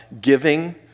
giving